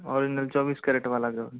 original चौबीस carat वाला जो